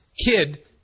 kid